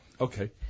Okay